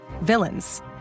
villains